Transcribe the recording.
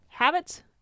Habits